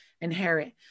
inherit